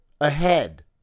ahead